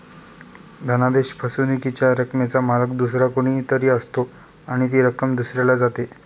धनादेश फसवणुकीच्या रकमेचा मालक दुसरा कोणी तरी असतो आणि ती रक्कम दुसऱ्याला जाते